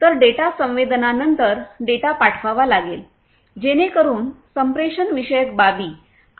तर डेटा संवेदनानंतर डेटा पाठवावा लागेल जेणेकरून संप्रेषणविषयक बाबी